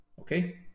Okay